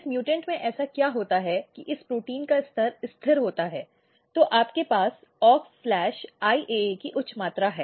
इस म्यूटॅन्ट में ऐसा क्या होता है कि इस प्रोटीन का स्तर स्थिर होता है तो आपके पास Aux IAA की उच्च मात्रा है